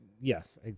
yes